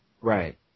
Right